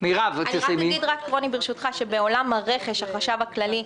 בעולם הרכש, החשב הכללי,